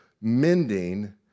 mending